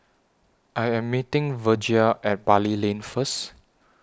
I Am meeting Virgia At Bali Lane First